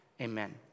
Amen